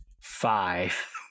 Five